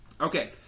Okay